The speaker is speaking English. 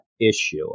issue